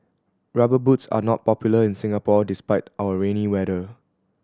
Rubber Boots are not popular in Singapore despite our rainy weather